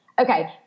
Okay